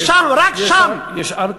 יש, ושם, רק שם, יש הר כזה?